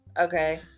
Okay